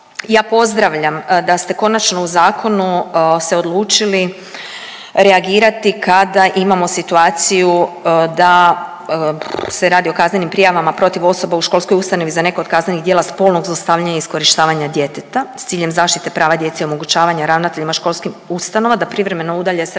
ja pozdravljam da ste konačno u zakonu se odlučili reagirati kada imamo situaciju da se radi o kaznenim prijavama protiv osoba u školskoj ustanovi za neko od kaznenih djela spolnog zlostavljanja i iskorištavanja djeteta s ciljem zaštite prava djece i omogućavanje ravnateljima školskih ustanova da privremeno udalje sa radnog